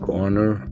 Corner